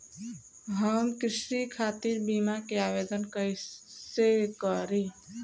हम कृषि खातिर बीमा क आवेदन कइसे करि?